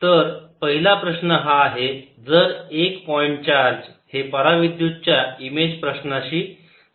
तर पहिला प्रश्न हा आहे जर एक पॉईंट चार्ज हे पराविद्युत च्या इमेज प्रश्नाची संबंधित आहे